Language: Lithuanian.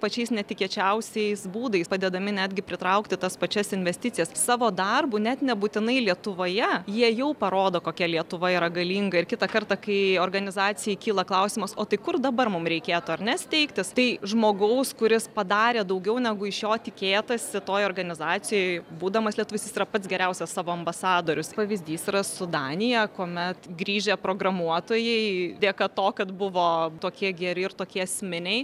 pačiais netikėčiausiais būdais padedami netgi pritraukti tas pačias investicijas savo darbu net nebūtinai lietuvoje jie jau parodo kokia lietuva yra galinga ir kitą kartą kai organizacijai kyla klausimas o tai kur dabar mum reikėtų ar ne steigtis tai žmogaus kuris padarė daugiau negu iš jo tikėtasi toj organizacijoje būdamas lietuvis yra pats geriausias savo ambasadorius pavyzdys yra su danija kuomet grįžę programuotojai dėka to kad buvo tokie geri ir tokie esminiai